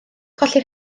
colli